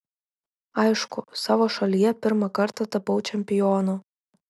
aišku savo šalyje pirmą kartą tapau čempionu